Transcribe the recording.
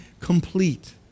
complete